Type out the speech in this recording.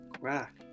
crack